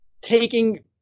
taking